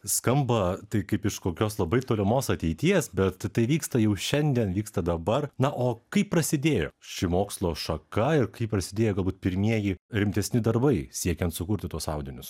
skamba tai kaip iš kokios labai tolimos ateities bet tai vyksta jau šiandien vyksta dabar na o kaip prasidėjo ši mokslo šaka ir kaip prasidėjo galbūt pirmieji rimtesni darbai siekiant sukurti tuos audinius